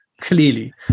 Clearly